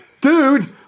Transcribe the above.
Dude